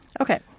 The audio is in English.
Okay